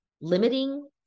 limiting